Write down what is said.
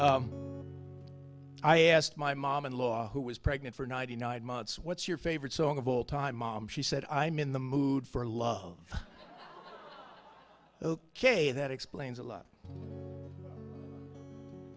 i asked my mom in law who was pregnant for ninety nine months what's your favorite song of all time mom she said i'm in the mood for love ok that explains a